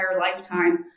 lifetime